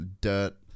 dirt